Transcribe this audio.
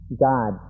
God